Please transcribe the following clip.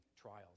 trials